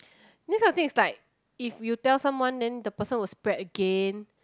this kind of thing is like if you tell someone then the person will spread again